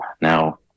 Now